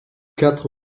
quatre